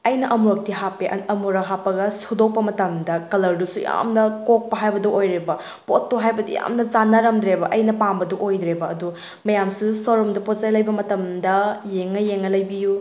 ꯑꯩꯅ ꯑꯃꯨꯔꯛꯇꯤ ꯍꯥꯄꯄꯦ ꯑꯃꯨꯔꯛ ꯍꯥꯞꯄꯒ ꯁꯨꯗꯣꯛꯄ ꯃꯇꯝꯗ ꯀꯂ꯭ꯔꯗꯨꯁꯨ ꯌꯥꯝꯅ ꯀꯣꯛꯄ ꯍꯥꯏꯕꯗꯨ ꯑꯣꯏꯔꯦꯕ ꯄꯣꯠꯇꯣ ꯍꯥꯏꯕꯗꯤ ꯌꯥꯃꯅ ꯆꯥꯅꯔꯝꯗ꯭ꯔꯦꯕ ꯑꯩꯅ ꯄꯥꯝꯕꯗꯨ ꯑꯣꯏꯗ꯭ꯔꯦꯕ ꯑꯗꯣ ꯃꯌꯥꯝꯁꯨ ꯁꯣꯔꯨꯝꯗ ꯄꯣꯠ ꯆꯩ ꯂꯩꯕ ꯃꯇꯝꯗ ꯌꯦꯡꯉ ꯌꯦꯡꯉꯒ ꯂꯩꯕꯤꯌꯨ